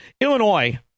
Illinois